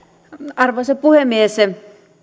arvoisa puhemies